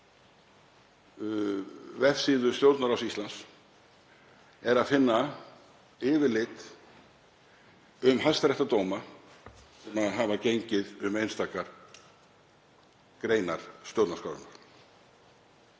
vef Stjórnarráðs Íslands er að finna yfirlit um hæstaréttardóma sem hafa gengið um einstakar greinar stjórnarskrárinnar.